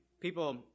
People